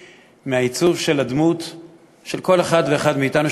מהעיצוב של הדמות של כל אחד ואחד מאתנו,